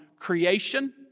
Creation